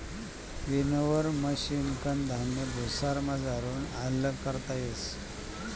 winnower मशिनकन धान्य भुसामझारथून आल्लग करता येस